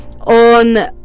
on